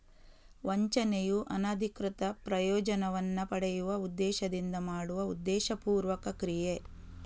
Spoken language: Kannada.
ವಂಚನೆಯು ಅನಧಿಕೃತ ಪ್ರಯೋಜನವನ್ನ ಪಡೆಯುವ ಉದ್ದೇಶದಿಂದ ಮಾಡುವ ಉದ್ದೇಶಪೂರ್ವಕ ಕ್ರಿಯೆ